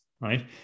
right